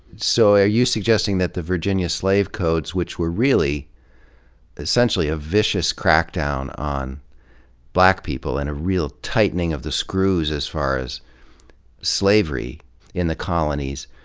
so are you suggesting that the virginia slave codes, which were really essentially a vicious crackdown on black people and a real tightening of the screws as far as slavery in the colonies,